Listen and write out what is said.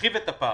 שמרחיב את הפער,